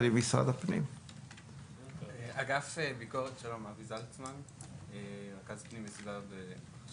שלום, שמי אבי זלצמן מאגף החשב הכללי באוצר.